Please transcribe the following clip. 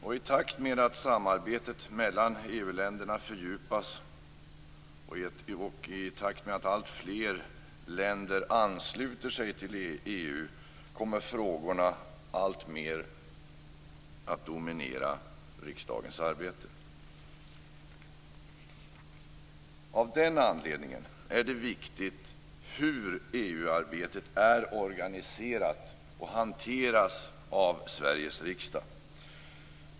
I takt med att samarbetet mellan EU-länderna fördjupas och i takt med att alltfler länder ansluter sig till EU kommer frågorna alltmer att dominera riksdagens arbete. Av den anledningen är det viktigt hur EU-arbetet är organiserat och hur det hanteras av Sveriges riksdag.